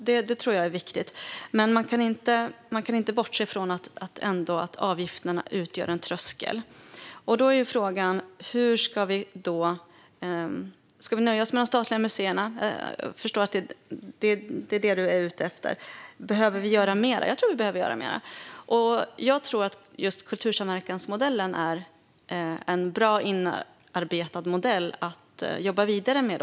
Det tror jag är viktigt. Men man kan inte bortse från att avgifterna ändå utgör en tröskel. Då är frågan om vi ska nöja oss med de statliga museerna. Jag förstår att det är det du är ute efter. Behöver vi göra mer? Jag tror att vi behöver göra mer och att kultursamverkansmodellen är en bra och inarbetad modell att jobba vidare med.